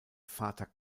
vater